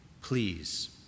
Please